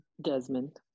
desmond